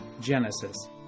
Genesis